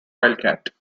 wildcat